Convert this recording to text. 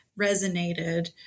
resonated